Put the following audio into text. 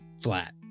flat